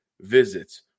visits